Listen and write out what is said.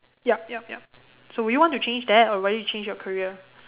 yup yup yup so would you want to change that or rather your career